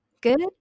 Good